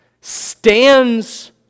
stands